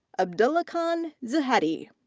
abdullahkhan zehady.